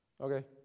Okay